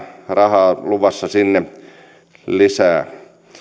rahaa luvassa sinne lisää